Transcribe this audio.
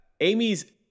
Amy's